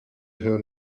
her